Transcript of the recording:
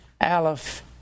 Aleph